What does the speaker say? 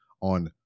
on